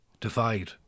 divide